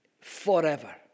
forever